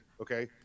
okay